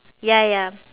ya ya